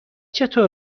چطور